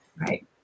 right